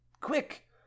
Quick